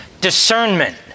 Discernment